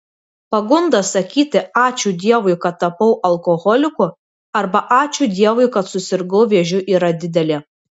pagunda sakyti ačiū dievui kad tapau alkoholiku arba ačiū dievui kad susirgau vėžiu yra didelė